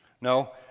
no